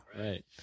Right